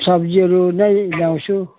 सब्जीहरू नै ल्याउँछु